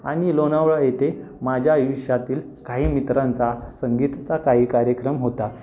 आणि लोणावळा येथे माझ्या आयुष्यातील काही मित्रांचा असा संगीताचा काही कार्यक्रम होता